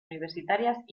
universitarias